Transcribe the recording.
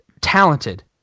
talented